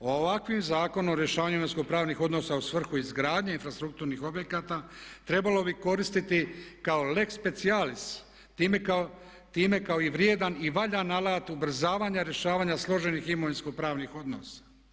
O ovakvom Zakonu o rješavanju imovinsko-pravnih odnosa u svrhu izgradnje infrastrukturnih objekata trebalo bi koristiti kao lex specialis, time kao i vrijedan i valjan alat ubrzavanja rješavanja složenih imovinsko-pravnih odnosa.